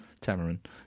Tamarind